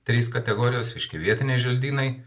trys kategorijos reiškia vietiniai želdynai